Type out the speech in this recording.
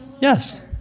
Yes